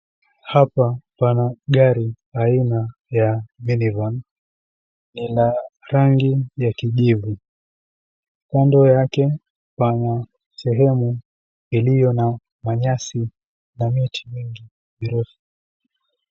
Hapa pana gari aina ya minivan . Lina rangi ya kijivu. Kando yake pana sehemu iliyo na manyasi na miti mingi.